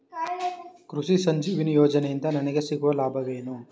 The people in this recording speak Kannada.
ಕೃಷಿ ಸಂಜೀವಿನಿ ಯೋಜನೆಯಿಂದ ನನಗೆ ಸಿಗುವ ಲಾಭವೇನು?